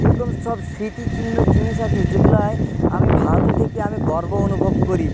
এরকম সব স্মৃতিচিহ্ন জিনিস আছে যেগুলোয় আমি ভারতে থেকে আমি গর্ব অনুভব করি